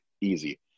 Easy